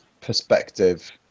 perspective